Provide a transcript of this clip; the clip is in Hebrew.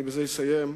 בזה אני אסיים,